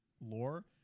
lore